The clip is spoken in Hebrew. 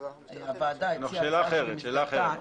אנחנו בשאלה אחרת עכשיו.